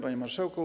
Panie Marszałku!